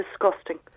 disgusting